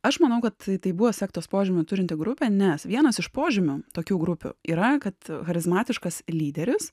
aš manau kad tai buvo sektos požymių turinti grupė nes vienas iš požymių tokių grupių yra kad charizmatiškas lyderis